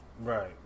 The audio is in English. Right